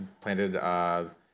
planted